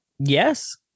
Yes